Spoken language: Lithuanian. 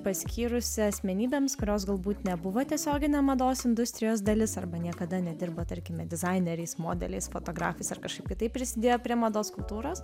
paskyrusi asmenybėms kurios galbūt nebuvo tiesioginė mados industrijos dalis arba niekada nedirbo tarkime dizaineriais modeliais fotografais ar kažkaip kitaip prisidėjo prie mados kultūros